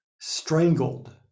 strangled